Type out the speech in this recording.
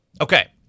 Okay